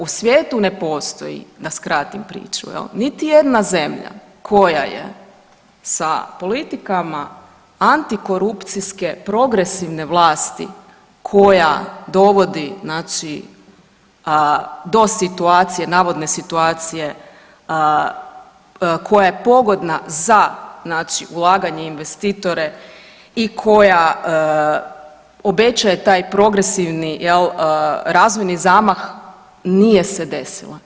U svijetu ne postoji, da skratim priču jel, niti jedna zemlja koja je sa politikama antikorupcijske progresivne vlasti koja dovodi znači do situacije, navodne situacije koja je pogodna za znači ulaganje, investitore i koja obećaje taj progresivni jel razvojni zamah, nije se desila.